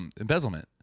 embezzlement